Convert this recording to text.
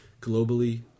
globally